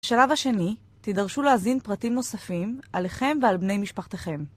בשלב השני, תידרשו להזין פרטים נוספים עליכם ועל בני משפחתכם.